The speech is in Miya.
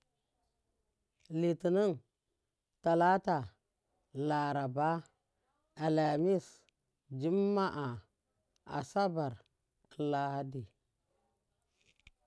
Litimin, talata, laraba, alamis, jumma’a, asabar, lahadi.